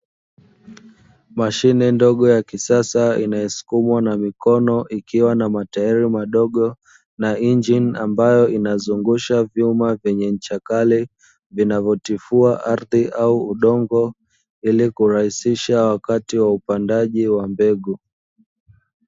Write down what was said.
Mashine ndogo ya kisasa inayosukumwa na mikono ikiwa na matairi madogo na injini ambayo inazungusha vyuma vyenye ncha kali, vinavyotifua ardhi au udongo ili kurahisisha wakati wa upandaji wa mbegu.